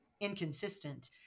inconsistent